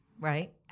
Right